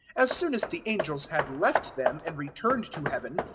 as soon as the angels had left them and returned to heaven,